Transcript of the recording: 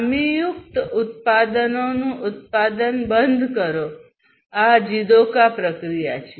ખામીયુક્ત ઉત્પાદનોનું ઉત્પાદન બંધ કરો આ JIDOKA પ્રક્રિયા છે